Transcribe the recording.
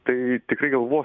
tai tikrai galvo